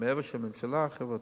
מעבר לזה שהממשלה חברתית,